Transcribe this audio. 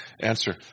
answer